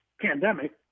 pandemic